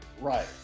Right